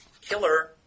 Killer